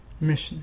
mission